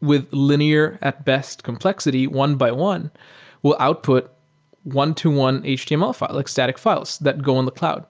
with linear at best complexity one by one will output one to one html file, like static files that go on the cloud.